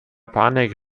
panik